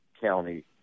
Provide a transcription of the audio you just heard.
county